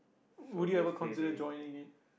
would you ever consider joining it